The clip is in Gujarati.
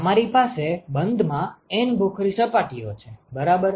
તમારી પાસે બંધમાં N ભૂખરી સપાટીઓ છે બરાબર